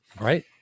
Right